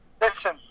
Listen